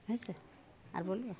হয়েছে আর বলব